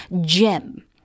gem